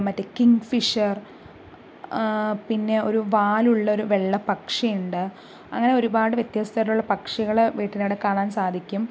മറ്റെ കിങ്ഫിഷർ പിന്നെ ഒരു വാലുള്ളൊരു വെള്ളപ്പക്ഷിയുണ്ട് അങ്ങനെ ഒരുപാട് വ്യത്യസ്തതരത്തിലുള്ള പക്ഷികള് വീട്ടിന്റെയവിടെ കാണാൻ സാധിക്കും